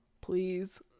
Please